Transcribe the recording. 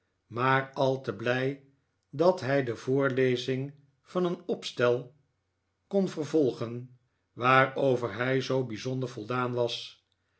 maar al te blij dat hij de voorlezing van een opstel kon vervolgen waarover hij zoo bijzonder voldaan was